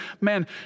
man